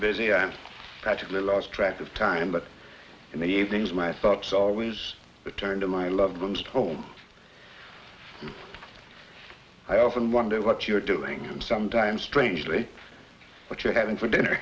busy and tragically lost track of time but in the evenings my thoughts always return to my loved ones home i often wonder what you're doing sometimes strangely what you're having for dinner